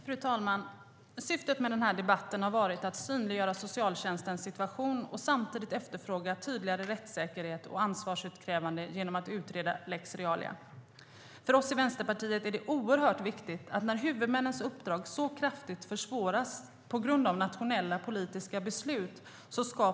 Fru talman! Syftet med den här debatten har varit att synliggöra socialtjänstens situation och samtidigt efterfråga tydligare rättssäkerhet och ett ansvarsutkrävande genom att utreda lex Realia. För oss i Vänsterpartiet är det oerhört viktigt att politiken tar ansvar när huvudmännens uppdrag så kraftigt försvåras på grund av nationella politiska beslut.